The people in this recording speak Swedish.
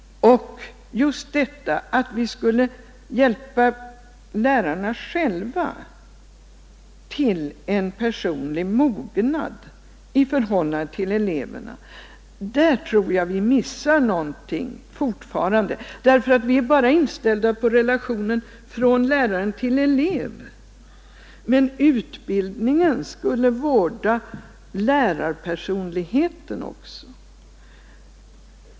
Lärarna behöver själva få hjälp till en personlig mognad i förhållande till eleverna. Där tror jag vi fortfarande missar något. Utbildningen är bara inriktad på relationen från lärare till elev, men den skulle behöva vårda lärarpersonligheten också.